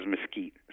mesquite